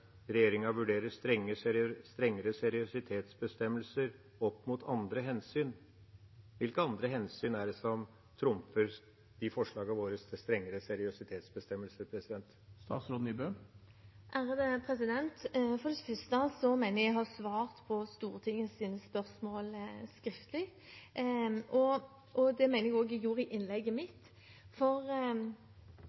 regjeringa vurderer strengere seriøsitetsbestemmelser opp mot «andre hensyn». Hvilke «andre hensyn» er det som trumfer våre forslag til strengere seriøsitetsbestemmelser? Først: Jeg mener at jeg har svart på Stortingets spørsmål skriftlig. Jeg mener at jeg også svarte på det i innlegget mitt. På den ene siden ønsker vi jo at folk skal ha fag- og